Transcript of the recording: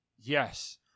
Yes